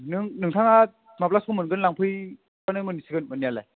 नों नोंथाङा माब्ला सम मोनगोन लांफैबानो मोनसिगोन मोननायालाय